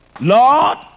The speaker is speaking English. lord